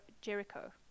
Jericho